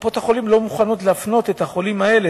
וקופות-החולים לא מוכנות להפנות את החולים האלה,